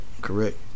correct